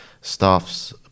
staff's